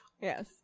Yes